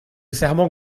serment